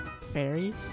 fairies